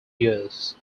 years